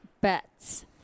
Bets